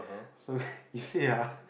so then you see ah